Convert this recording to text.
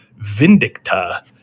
vindicta